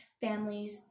families